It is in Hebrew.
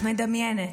את מדמיינת,